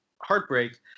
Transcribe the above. heartbreak